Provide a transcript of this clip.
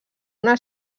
una